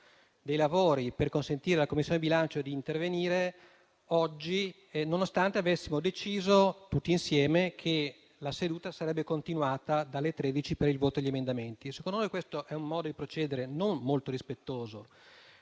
dei lavori per consentire alla Commissione bilancio di intervenire oggi, nonostante avessimo deciso tutti insieme che la seduta sarebbe continuata dalle ore 13 per il voto sugli emendamenti. Secondo noi questo è un modo di procedere non molto rispettoso